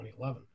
2011